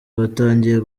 batangiye